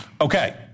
Okay